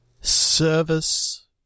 Service